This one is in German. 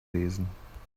lesen